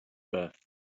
beth